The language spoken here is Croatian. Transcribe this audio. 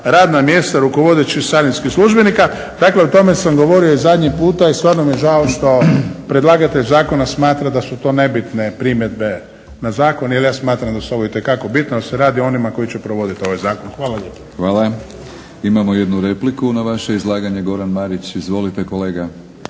radna mjesta rukovodećih carinskih službenika. Dakle, o tome sam govorio i zadnji puta i stvarno mi je žao što predlagatelj zakona smatra da su to nebitne primjedbe na zakon jer ja smatram da su ovo itekako bitne jer se radi o onima koji će provoditi ovaj zakon. Hvala lijepo. **Batinić, Milorad (HNS)** Hvala. Imamo jednu repliku na vaše izlaganje, Goran Marić. Izvolite kolega.